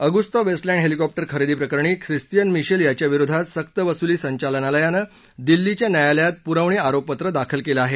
Agusta Westland helicopter खरेदी प्रकरणी Christian Michel याच्याविरोधात सक्तवसुली संचालनायानं दिल्लीच्या न्यायालयात पुरवणी आरोपपत्र दाखल केलं आहे